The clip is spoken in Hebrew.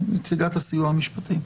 נציגת הסיוע המשפטי.